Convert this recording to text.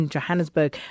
Johannesburg